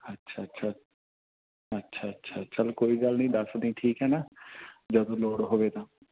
ਅੱਛਾ ਅੱਛਾ ਅੱਛਾ ਅੱਛਾ ਚੱਲ ਕੋਈ ਗੱਲ ਨਹੀਂ ਦੱਸ ਦੀ ਠੀਕ ਹੈ ਨਾ ਜਦੋਂ ਲੋੜ ਹੋਵੇ ਤਾਂ